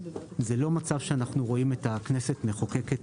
זה לא מצב שאנחנו רואים את הכנסת מחוקקת